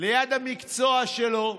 ליד המקצוע שלו,